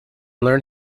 learn